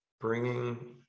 bringing